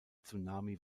tsunami